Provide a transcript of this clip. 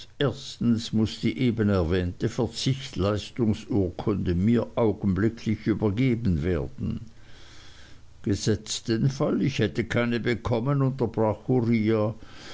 erstens muß die eben erwähnte verzichtleistungsurkunde mir augenblicklich übergeben werden gesetzt den fall ich hätte keine bekommen unterbrach uriah